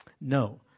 No